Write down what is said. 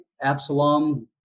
Absalom